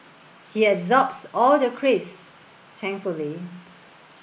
he absorbs all the craze thankfully